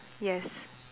yes